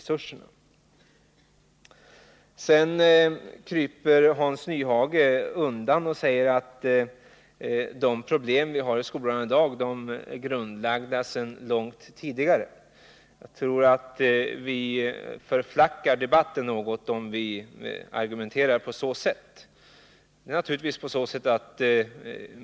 Sedan kryper Hans Nyhage undan och säger att problemen i skolan i dag grundlades långt tidigare. Jag tror att vi förflackar debatten något om vi argumenterar på så sätt.